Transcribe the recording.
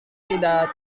tidak